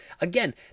again